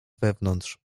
wewnątrz